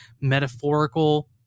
metaphorical